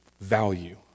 value